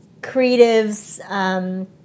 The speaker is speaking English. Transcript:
creatives